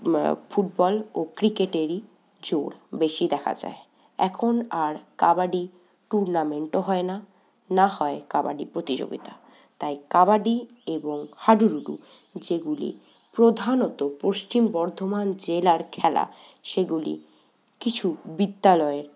football ও ক্রিকেটেরই জোর বেশি দেখা যায় এখন আর কাবাডি টুর্নামেন্টও হয় না না হয় কাবাডি প্রতিযোগিতা তাই কাবাডি এবং হাডুডু যেগুলি প্রধানত পশ্চিম বর্ধমান জেলার খেলা সেগুলি কিছু বিদ্যালয়ের